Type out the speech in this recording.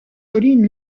corinne